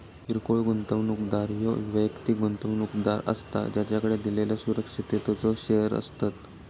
किरकोळ गुंतवणूकदार ह्यो वैयक्तिक गुंतवणूकदार असता ज्याकडे दिलेल्यो सुरक्षिततेचो शेअर्स असतत